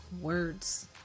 words